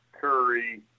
Curry